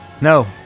No